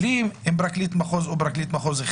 בלי אם פרקליט מחוז החליט.